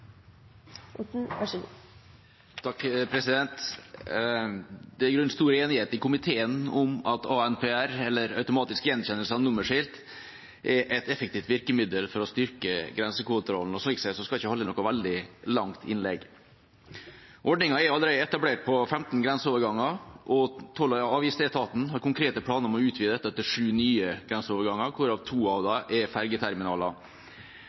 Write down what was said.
stor enighet i komiteen om at ANPR, automatisk gjenkjennelse av nummerskilt, er et effektivt virkemiddel for å styrke grensekontrollen, og derfor skal jeg ikke holde et veldig langt innlegg. Ordningen er allerede etablert på 15 grenseoverganger, og toll- og avgiftsetaten har konkrete planer om å utvide dette til sju nye grenseoverganger, hvorav to